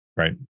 Right